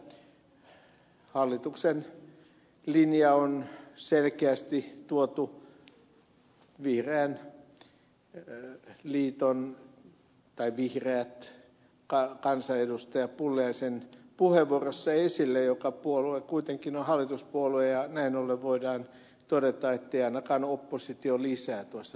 hallituksen linja on selkeästi tuotu vihreän kansanedustaja pulliaisen puheenvuorossa esille jonka puolue kuitenkin on hallituspuolue ja näin ollen voidaan todeta ettei ainakaan oppositiolisää tuossa puheenvuorossa ollut